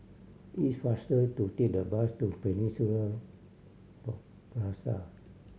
it's faster to take the bus to Peninsula Plaza